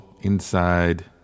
inside